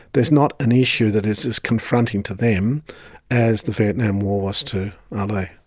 there is not an issue that is as confronting to them as the vietnam war was to ali.